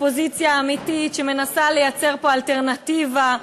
אופוזיציה אמיתית שמנסה לייצר פה אלטרנטיבה.